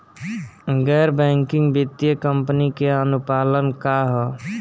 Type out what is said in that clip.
गैर बैंकिंग वित्तीय कंपनी के अनुपालन का ह?